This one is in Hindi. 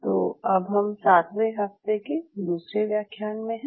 तो अब हम सातवें हफ्ते के दूसरे व्याख्यान में हैं